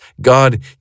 God